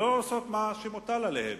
לא עושים מה שמוטל עליהם.